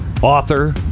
Author